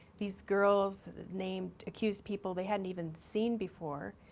these girls named, accused people they hadn't even seen before.